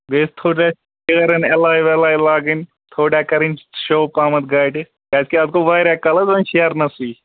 بیٚیہِ تھوڑا ٹٲرن ایٚلاے ویٚلاے لاگن تھوڑا کرن شو پہمتھ گاڑِ کیازکہ اتھ گوٚو واریاہ کال حظ ونۍ شیرنَسے